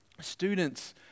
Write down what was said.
students